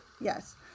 Yes